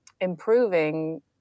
improving